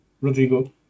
Rodrigo